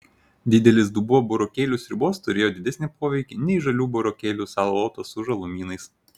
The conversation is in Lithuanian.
didelis dubuo burokėlių sriubos turėjo didesnį poveikį nei žalių burokėlių salotos su žalumynais